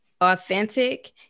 Authentic